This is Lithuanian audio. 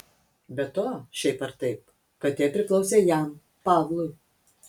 be to šiaip ar taip katė priklausė jam pavlui